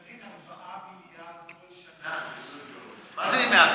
קארין, 4 מיליארד בשנה, מעט